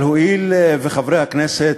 אבל הואיל וחברי הכנסת,